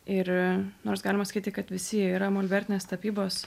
ir nors galima sakyti kad visi yra molbertinės tapybos